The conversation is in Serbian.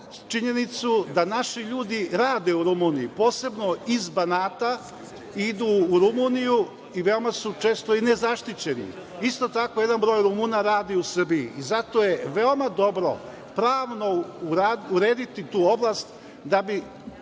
činjenicu da naši ljudi rade u Rumuniji, posebno iz Banata idu u Rumuniju i veoma su često i nezaštićeni. Isto tako, jedan broj Rumuna radi u Srbiji i zato je veoma dobro pravno urediti tu oblast da bi